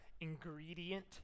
ingredient